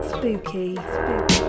Spooky